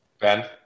Ben